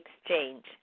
exchange